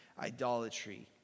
idolatry